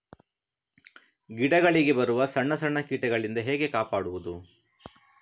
ಗಿಡಗಳಿಗೆ ಬರುವ ಸಣ್ಣ ಸಣ್ಣ ಕೀಟಗಳಿಂದ ಹೇಗೆ ಕಾಪಾಡುವುದು?